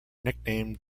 nicknamed